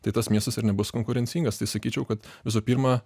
tai tas miestas ir nebus konkurencingas tai sakyčiau kad visų pirma